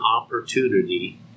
opportunity